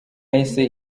yahise